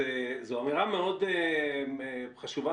זו אמירה מאוד חשובה,